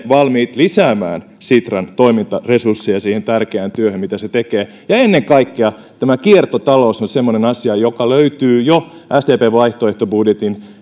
valmiit lisäämään sitran toimintaresursseja siihen tärkeään työhön mitä se tekee ja ennen kaikkea tämä kiertotalous on semmoinen asia joka löytyy jo sdpn vaihtoehtobudjetin